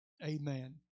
Amen